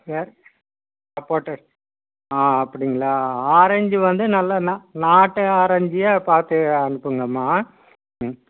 வேற சப்போட்டா ஆ அப்படிங்களா ஆரஞ்சு வந்து நல்லா நாட்டு ஆரஞ்சியாக பார்த்து அனுப்புங்கம்மா ம்